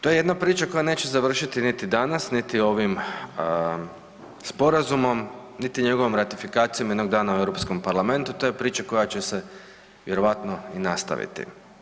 To je jedna priča koja neće završiti niti danas niti ovim Sporazumom niti njegovom ratifikacijom jednog dana u EU parlamentu, to je priča koja će se vjerojatno i nastaviti.